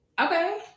Okay